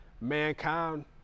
mankind